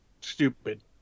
stupid